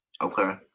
Okay